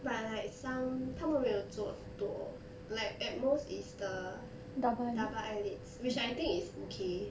but like some 他们没有做多 like at most is the double eyelids which I think is okay